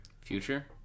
future